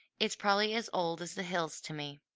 it's probably as old as the hills to me.